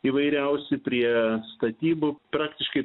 įvairiausi prie statybų praktiškai